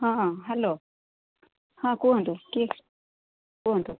ହଁ ହଁ ହ୍ୟାଲୋ ହଁ କୁହନ୍ତୁ କିଏ କୁହନ୍ତୁ